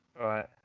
Right